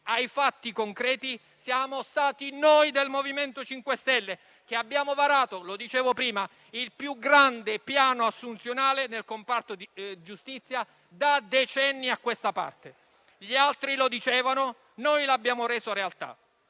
ai fatti concreti siamo stati noi del MoVimento 5 Stelle, che abbiamo varato - lo dicevo prima - il più grande piano assunzionale nel comparto giustizia da decenni a questa parte. Gli altri lo dicevano, noi lo abbiamo reso realtà.